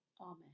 Amen